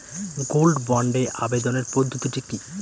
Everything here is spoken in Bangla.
গোল্ড বন্ডে আবেদনের পদ্ধতিটি কি?